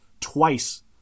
twice